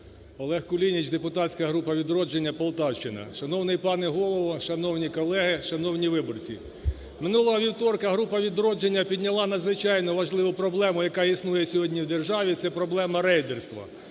Олег Кулініч, депутатська група "Відродження", Полтавщина. Шановний пане Голово, шановні колеги, шановні виборці! Минулого вівторка група "Відродження" підняла надзвичайно важливу проблему, яка існує сьогодні в державі, – це проблема рейдерства.